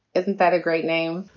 isn't that a great name?